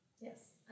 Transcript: Yes